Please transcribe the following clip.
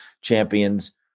champions